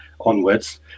onwards